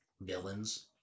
Villains